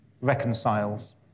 reconciles